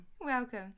Welcome